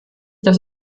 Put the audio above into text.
das